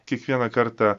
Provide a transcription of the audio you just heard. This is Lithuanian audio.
kiekvieną kartą